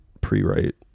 pre-write